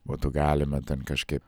mudu galime ten kažkaip